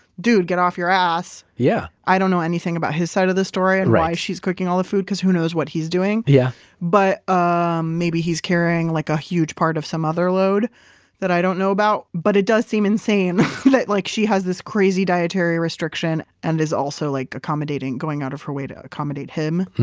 dude, get off your ass. yeah i don't know anything about his side of the story and why she's cooking all the food because who knows what he's doing yeah but um maybe he's carrying like a huge part of some other load that i don't know about. but it does seem insane that like like she has this crazy dietary restriction and is also then like accommodating, going out of her way to accommodate him.